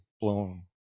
blown